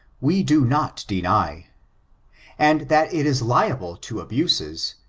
we do not deny and that it is liable to abuses,